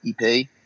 EP